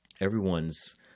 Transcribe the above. everyone's